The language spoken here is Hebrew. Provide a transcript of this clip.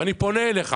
ואני פונה אליך